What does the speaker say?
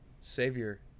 Savior